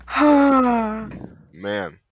Man